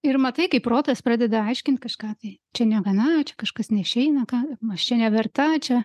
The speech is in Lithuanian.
ir matai kaip protas pradeda aiškint kažką tai čia negana čia kažkas neišeina kam aš čia neverta čia